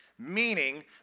Meaning